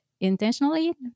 intentionally